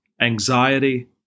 anxiety